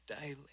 daily